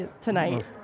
tonight